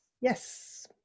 Yes